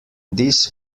this